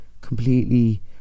completely